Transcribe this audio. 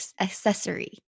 accessory